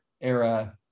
era